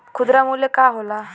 खुदरा मूल्य का होला?